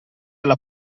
alla